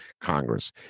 congress